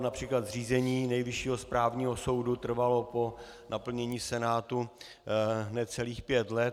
Například zřízení Nejvyššího správního soudu trvalo po naplnění Senátu necelých pět let.